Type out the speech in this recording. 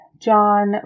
John